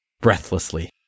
breathlessly